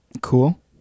Cool